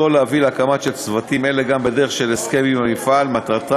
עם זאת,